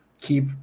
keep